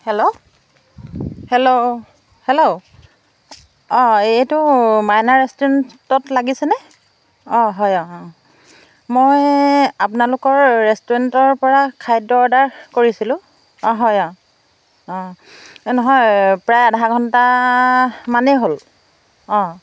hello hello hello অঁ এইটো মাইনা ৰেষ্টুৰেণ্টত লাগিছেনে অঁ হয় অঁ মই আপোনালোকৰ ৰেষ্টুৰেণ্টৰ পৰা খাদ্য অৰ্ডাৰ কৰিছিলোঁ অঁ হয় অঁ অঁ নহয় প্ৰায় আধা ঘণ্টা মানেই হ'ল অঁ